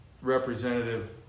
representative